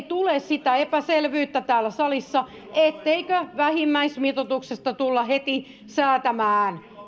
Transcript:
tule sitä epäselvyyttä täällä salissa etteikö vähimmäismitoituksesta tulla heti säätämään